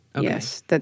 Yes